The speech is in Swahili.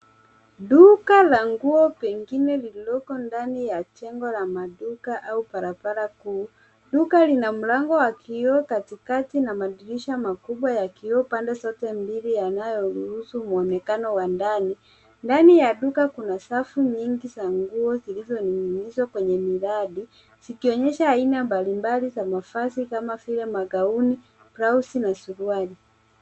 Duka la nguo pengine lililoko ndani ya jengo la maduka au barabara kuu. Duka lina mlango wa kioo katikati na madirisha makubwa ya kioo pande zote mbili yanayoruhusu muonekano wa ndani. Ndani ya duka kuna safu nyingi za nguo zilizoning'inizwa kwenye miradi, zikionyesha aina mbalimbali za mavazi kama vile magauni, blausi na suruali.